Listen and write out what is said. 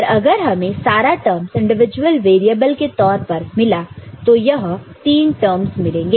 पर अगर हमें सारा टर्म्स इंडिविजुअल वेरिएबल के तौर पर मिला तो तो यह तीन टर्म्स मिलेंगे